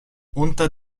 unter